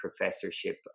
professorship